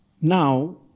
Now